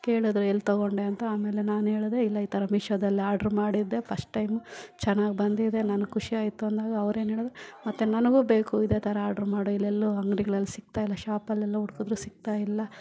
ಕೇಳಿದ್ರು ಎಲ್ಲಿ ತಗೊಂಡೆ ಅಂತ ಆಮೇಲೆ ನಾನು ಹೇಳಿದೆ ಇಲ್ಲ ಈ ಥರ ಮೀಶೋದಲ್ಲಿ ಆರ್ಡ್ರ್ ಮಾಡಿದ್ದೆ ಪಶ್ಟ್ ಟೈಮ್ ಚೆನ್ನಾಗ್ ಬಂದಿದೆ ನನ್ಗೆ ಖುಷಿಯಾಯ್ತು ಅಂದಾಗ ಅವ್ರೇನು ಹೇಳಿದ್ರು ಮತ್ತು ನನಗು ಬೇಕು ಇದೆ ಥರ ಆರ್ಡ್ರ್ ಮಾಡು ಇಲ್ಲೆಲ್ಲೂ ಅಂಗಡಿಗಳಲ್ ಸಿಗ್ತಾಯಿಲ್ಲ ಶಾಪಲ್ಲೆಲ್ಲ ಹುಡ್ಕುದ್ರು ಸಿಗ್ತಾಯಿಲ್ಲ